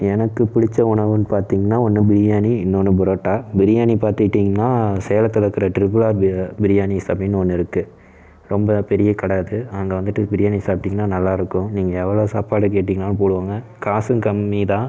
எனக்கு பிடித்த உணவுன்னு பாத்திங்கனா ஒன்று பிரியாணி இன்னொன்னு புரோட்டா பிரியாணி பாத்துட்டிங்கனா சேலத்தில் இருக்கிற ட்ரிபிள் ஆர் பிரியாணிஸ் அப்படின்னு ஒன்று இருக்குது ரொம்ப பெரிய கடை அது அங்கே வந்துவிட்டு பிரியாணி சாப்ட்டிங்கனா நல்லா இருக்கும் நீங்கள் எவ்வளோ சாப்பாடு கேட்டிங்கனாலும் போடுவாங்க காசும் கம்மி தான்